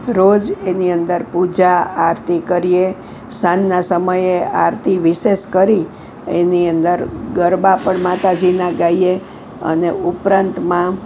રોજ એની અંદર પૂજા આરતી કરીએ સાંજના સમયે આરતી વિશેષ કરી એની અંદર ગરબા પણ માતાજીનાં ગાઈએ અને ઉપરાંતમાં